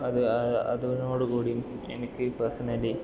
അത് അത് അതിനോട് കൂടി എനിക്ക് പഴ്സണലി